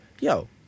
yo